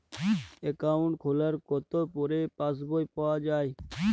Account খোলার কতো পরে পাস বই পাওয়া য়ায়?